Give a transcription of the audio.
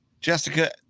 Jessica